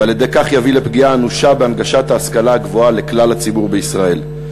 ועל-ידי כך יביא לפגיעה אנושה בהנגשת ההשכלה הגבוהה לכלל הציבור בישראל.